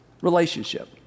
relationship